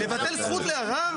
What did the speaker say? לבטל זכות לערר?